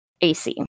AC